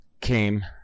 came